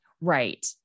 Right